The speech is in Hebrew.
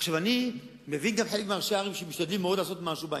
הצעת אדוני השר היא להעביר לוועדת הפנים.